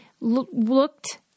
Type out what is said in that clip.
looked